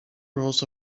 rules